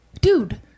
dude